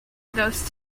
ghost